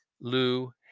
Lou